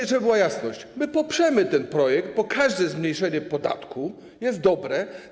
My, żeby była jasność, poprzemy ten projekt, bo każde zmniejszenie podatku jest dobre.